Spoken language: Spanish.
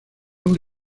una